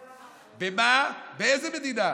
במה, באיזו מדינה?